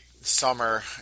summer